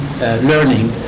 learning